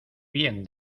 bien